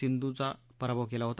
सिंधुचा पराभव केला होता